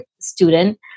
student